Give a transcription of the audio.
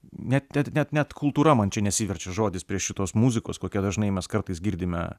net net net kultūra man čia nesiverčia žodis prie šitos muzikos kokią dažnai mes kartais girdime